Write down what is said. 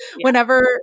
whenever